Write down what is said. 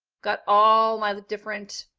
got all my different,